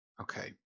Okay